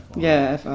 yeah, f o.